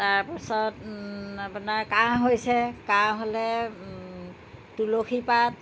তাৰপিছত আপোনাৰ কাঁহ হৈছে কাঁহ হ'লে তুলসী পাত